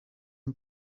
and